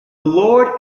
lord